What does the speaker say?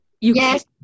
Yes